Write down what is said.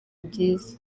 byiza